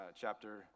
chapter